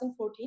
2014